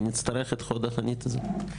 ונצטרך את חוד החנית הזו.